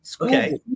Okay